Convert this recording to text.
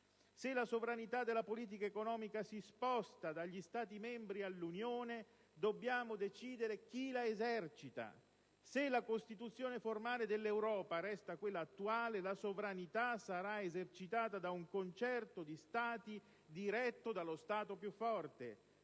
Se la sovranità della politica economica si sposta dagli Stati membri all'Unione, dobbiamo decidere chi la esercita. Se la costituzione formale dell'Europa resta quella attuale, la sovranità sarà esercitata da un concerto di Stati diretto dallo Stato più forte,